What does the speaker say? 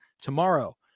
tomorrow